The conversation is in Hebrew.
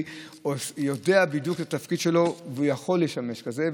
יודע בדיוק את התפקיד שלו ויכול לשמש כזה.